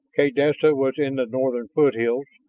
kaydessa was in the northern foothills,